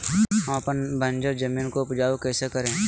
हम अपन बंजर जमीन को उपजाउ कैसे करे?